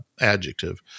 adjective